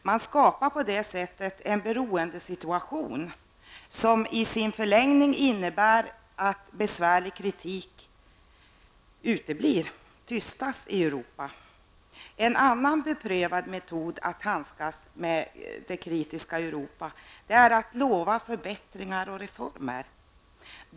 Man skapar på det sättet en beroendesituation som i sin förlängning innebär att besvärlig kritik uteblir, tystas i Europa. En annan beprövad metod att handskas med det kritiska Europa är att lova förbättringar och reformer.